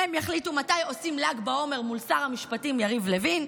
הם יחליטו מתי עושים ל"ג בעומר מול שר המשפטים יריב לוין,